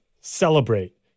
celebrate